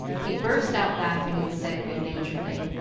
he burst out laughing, and said, good-naturedly,